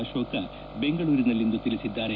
ಅಶೋಕ್ ಬೆಂಗಳೂರಿನಲ್ಲಿಂದು ತಿಳಿಸಿದ್ದಾರೆ